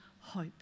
hope